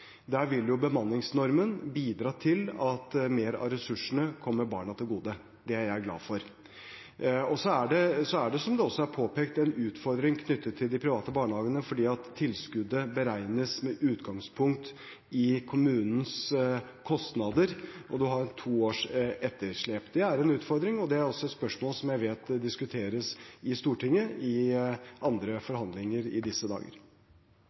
Der vil bemanningsnormen bidra til at flere av ressursene kommer barna til gode. Det er jeg glad for. Så er det – som det også er påpekt – en utfordring knyttet til de private barnehagene fordi tilskuddet beregnes med utgangspunkt i kommunens kostnader, og man har to års etterslep. Det er en utfordring. Det er et spørsmål som jeg vet også diskuteres i andre forhandlinger i Stortinget i disse dager.